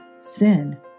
Sin